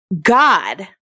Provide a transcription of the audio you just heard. God